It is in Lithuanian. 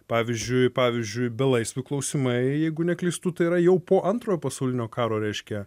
pavyzdžiui pavyzdžiui belaisvių klausimai jeigu neklystu tai yra jau po antrojo pasaulinio karo reiškia